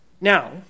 Now